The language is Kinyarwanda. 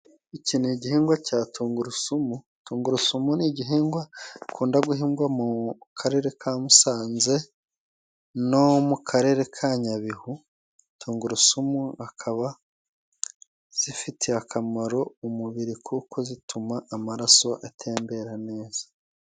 Iki ni igihingwa cya tungurusumu. Tungurusumu ni igihingwa gikunda guhingwa mu Karere ka Musanze, no mu Karere ka Nyabihu. Tungurusumu akaba zifitiye akamaro umubiri, kuko zituma amaraso atembera neza.